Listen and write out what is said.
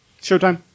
Showtime